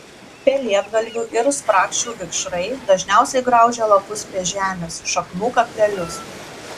pelėdgalvių ir sprakšių vikšrai dažniausiai graužia lapus prie žemės šaknų kaklelius